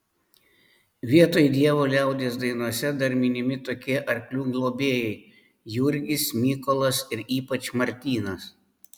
vietoj dievo liaudies dainose dar minimi tokie arklių globėjai jurgis mykolas ir ypač martynas